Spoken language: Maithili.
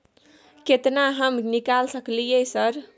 केतना हम निकाल सकलियै सर?